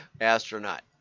astronaut